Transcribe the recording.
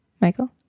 Michael